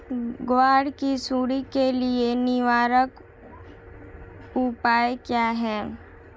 ग्वार की सुंडी के लिए निवारक उपाय क्या है?